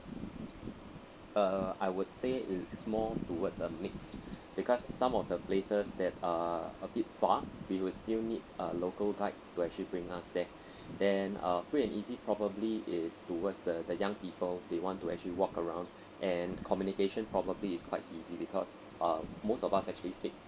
err I would say it's more towards a mix because some of the places that are uh a bit far we will still need a local guide to actually bring us there then uh free and easy probably is towards the the young people they want to actually walk around and communication probably is quite easy because uh most of us actually speak